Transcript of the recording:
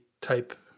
type